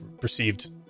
perceived